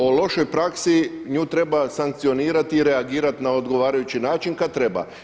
O lošoj praksi nju treba sankcionirati, reagirati na odgovarajući način kad treba.